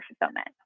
fulfillment